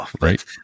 Right